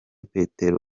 petero